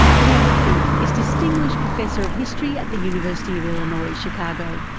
leon fink is distinguished professor of history at the university of illinois chicago,